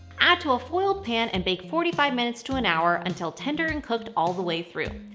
add to a foiled pan and bake forty five minutes to an hour, until tender and cooked all the way through.